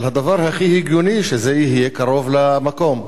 אבל הדבר הכי הגיוני הוא שזה יהיה קרוב למקום.